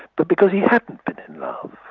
but because he hadn't been in love.